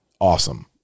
awesome